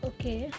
Okay